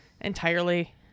Entirely